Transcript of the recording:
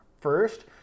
first